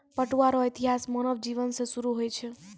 पटुआ रो इतिहास मानव जिवन से सुरु होय छ